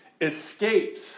escapes